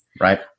right